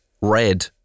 red